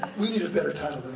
we need a better title than